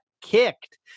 kicked